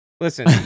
Listen